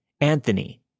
Anthony